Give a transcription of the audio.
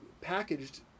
packaged